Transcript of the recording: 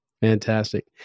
Fantastic